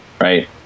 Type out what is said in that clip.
right